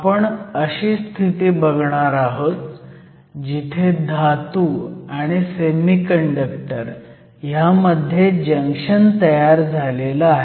आपण अशी स्थिती बघणार आहोत जिथे धातू आणि सेमीकंडक्टर ह्यामध्ये जंक्शन तयार झालं आहे